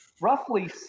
roughly